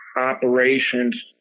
operations